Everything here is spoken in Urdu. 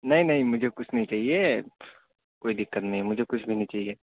نہیں نہیں مجھے کچھ نہیں چاہیے کوئی دقت نہیں مجھے کچھ بھی نہیں چاہیے